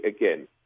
again